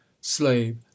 Slave